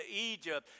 Egypt